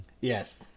yes